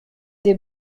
des